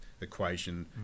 equation